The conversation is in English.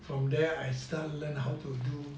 from there I started learn how to do